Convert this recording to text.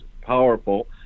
powerful